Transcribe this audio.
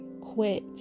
quit